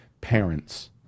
parents